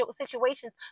situations